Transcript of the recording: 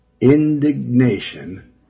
indignation